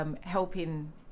Helping